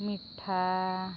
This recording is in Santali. ᱢᱤᱴᱷᱟ